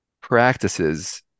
practices